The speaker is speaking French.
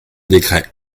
décrets